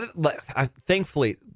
Thankfully